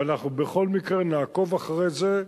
ובכל מקרה נעקוב אחרי זה,